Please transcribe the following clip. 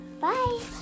Bye